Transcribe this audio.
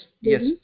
yes